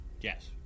Yes